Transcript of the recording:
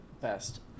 best